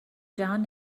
جهان